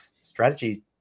strategy